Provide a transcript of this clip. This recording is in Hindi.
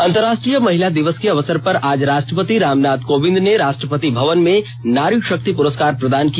अंतर्राष्ट्रीय महिला दिवस के अवसर पर आज राष्ट्रपति रामनाथ कोविंद ने राष्ट्रपति भवन में नारी शक्ति पुरस्कार प्रदान किया